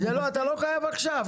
אתה לא חייב עכשיו.